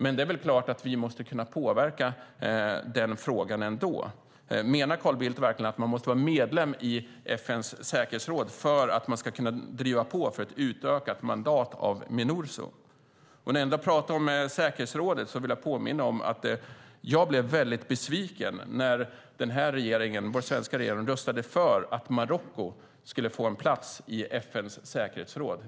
Men det är väl klart att vi måste kunna påverka frågan ändå! Menar Carl Bildt verkligen att man måste vara medlem i FN:s säkerhetsråd för att kunna driva på för ett utökat mandat för Minurso? När jag ändå pratar om säkerhetsrådet vill jag påminna om att jag blev väldigt besviken när vår svenska regering röstade för att Marocko skulle få en plats i FN:s säkerhetsråd.